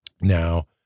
now